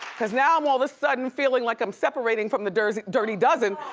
cause now i'm all the sudden feeling like i'm separating from the dirty dirty dozen,